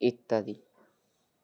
ইত্যাদি